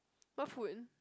what food